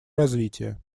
развитие